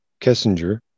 Kessinger